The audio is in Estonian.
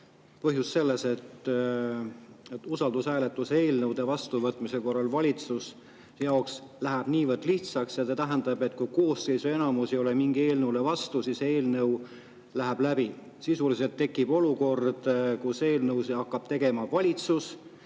Põhjus selles, et usaldushääletusega [seotud] eelnõude vastuvõtmine läheb valitsuse jaoks niivõrd lihtsaks. Ja see tähendab, et kui koosseisu enamus ei ole mingile eelnõule vastu, siis eelnõu läheb läbi. Sisuliselt tekib olukord, kus eelnõusid hakkab tegema valitsus